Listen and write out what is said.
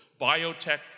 biotech